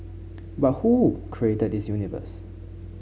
but who created this universe